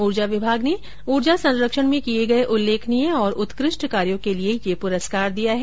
ऊर्जा विभाग ने ऊर्जा संरक्षण में किए गए उल्लेखनीय और उत्कृष्ट कार्यों के लिए ये पुरस्कार दिया है